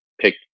pick